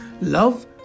Love